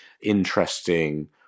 interesting